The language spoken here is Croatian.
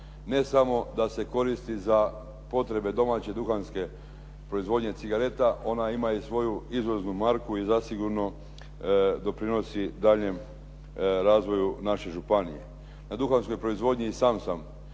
Ne samo da se koristi za potrebe domaće duhanske proizvodnje cigareta. Ona ima i svoju izvoznu marku i zasigurno doprinosi daljnjem razvoju naše županije. Na duhanskoj proizvodnji i sam sam